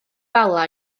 bala